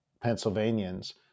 Pennsylvanians